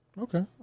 Okay